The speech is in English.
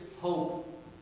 hope